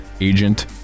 agent